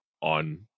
on